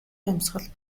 амьсгал